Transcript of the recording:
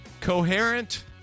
coherent